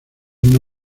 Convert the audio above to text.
una